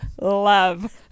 love